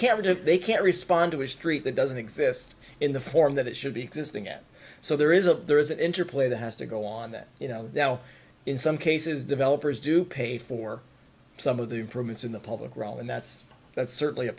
if they can't respond to a street that doesn't exist in the form that it should be existing at so there is of there is an interplay that has to go on that you know now in some cases developers do pay for some of the improvements in the public realm and that's that's certainly a